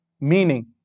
meaning